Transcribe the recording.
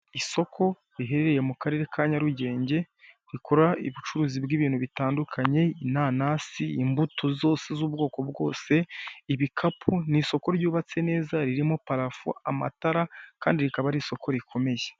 Isoko riherereye mukarere ka nyarugenge rikora ubucuruzi bwibintu bitandukanye inanasi imbuto zose z'ubwoko bwose Ibikapu, n'isoko ryubatse neza ririmo parafo amatara kandi rikaba Ari isoko rikomeye.